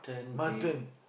mutton